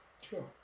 Sure